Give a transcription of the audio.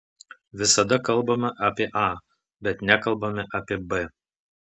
visada kalbame apie a bet nekalbame apie b